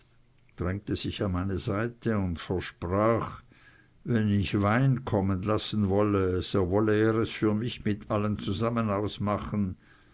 drängte sich an meine seite und versprach wenn ich wein kommen lassen wolle so wolle er es für mich mit allen zusammen ausmachen